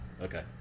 Okay